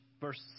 verse